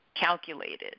calculated